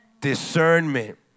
discernment